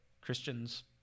Christians